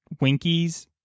Winkies